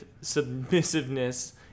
submissiveness